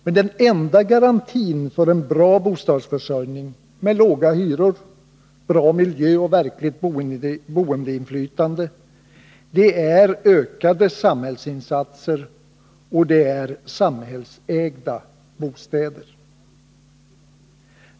Men den enda garantin för en bra bostadsförsörjning med låga hyror, god miljö och verkligt boendeinflytande är ökade samhällsinsatser och samhällsägda bostäder.